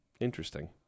Interesting